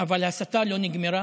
אבל ההסתה לא נגמרה